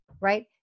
Right